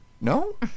No